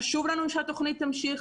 חשוב לנו שהתוכנית תמשיך